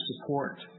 support